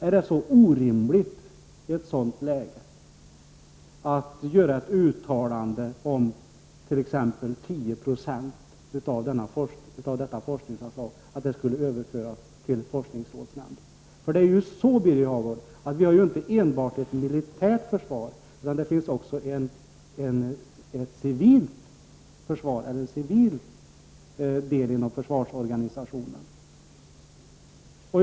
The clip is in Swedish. Är det i detta läge orimligt att göra ett uttalande om att t.ex. 10 90 av detta forskningsanslag skulle överföras till forskningsrådsnämnden? Vi har ju, Birger Hagård, inte enbart militärt försvar. Det finns också en civil del av försvarsorganisationen.